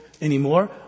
anymore